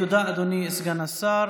תודה, אדוני סגן השר.